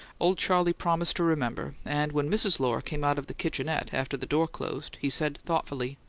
old charley promised to remember, and, when mrs. lohr came out of the kitchenette, after the door closed, he said thoughtfully,